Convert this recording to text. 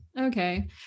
Okay